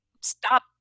stop